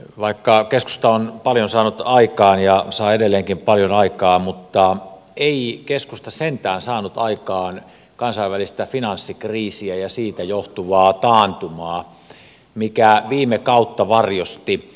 vaikka keskusta on saanut paljon aikaan ja saa edelleenkin paljon aikaan keskusta sentään ei saanut aikaan kansainvälistä finanssikriisiä ja siitä johtuvaa taantumaa joka viime kautta varjosti